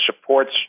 supports